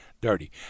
dirty